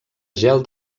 gel